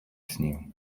снігу